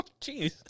Jeez